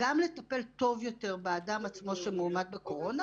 גם לטפל טוב יותר באדם עצמו שמאומת בקורונה